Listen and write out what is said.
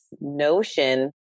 notion